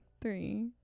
three